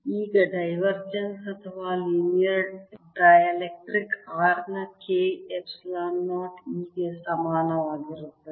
ಈಗ ಡೈವರ್ಜೆನ್ಸ್ ಅಥವಾ linear dielectric r ನ K ಎಪ್ಸಿಲಾನ್ 0 E ಗೆ ಸಮಾನವಾಗಿರುತ್ತದೆ